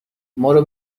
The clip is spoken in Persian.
مارو